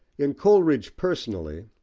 in coleridge, personally,